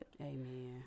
Amen